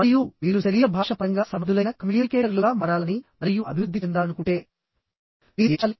మరియు మీరు శరీర భాష పరంగా సమర్థులైన కమ్యూనికేటర్లుగా మారాలని మరియు అభివృద్ధి చెందాలనుకుంటే మీరు ఏమి చేయాలి